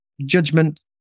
judgment